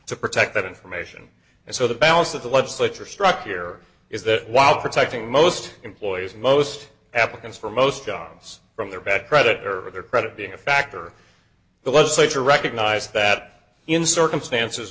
to protect that information and so the balance that the legislature struck here is that while protecting most employees most applicants for most jobs from their bad credit or their credit being a factor the legislature recognize that in circumstances